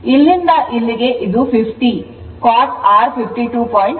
ಇಲ್ಲಿಂದ ಇಲ್ಲಿಗೆ ಇದು 50 cos r 52